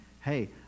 hey